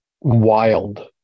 wild